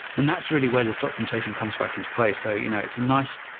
and that's really where this documentation comes back into play. so you know it's a nice